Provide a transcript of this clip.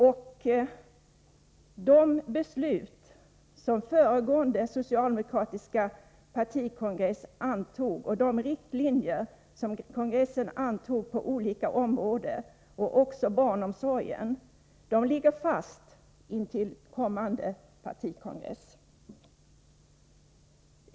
Och de riktlinjer på olika områden, också beträffande barnomsorgen, som föregående socialdemokratiska partikongress antog ligger fast till kommande partikongress.